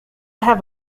have